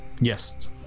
Yes